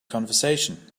conversation